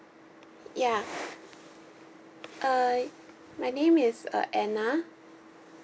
ya uh my name is uh anna